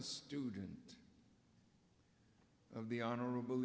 a student of the honorable